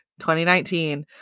2019